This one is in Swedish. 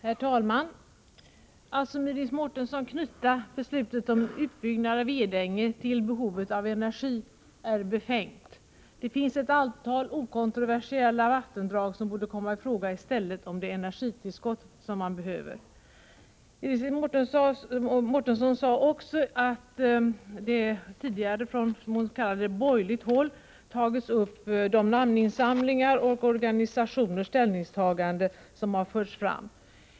Herr talman! Att som Iris Mårtensson knyta beslutet om en utbyggnad av Edänge till behovet av energi är befängt. Det finns ett antal okontroversiella vattendrag som i stället borde ha kommit i fråga, om det är ett energitillskott man behöver. Iris Mårtensson sade också att man från borgerligt håll tagit upp de namninsamlingar och de ställningstaganden från olika organisationer som har förts fram.